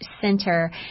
Center